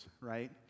right